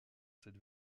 cette